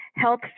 health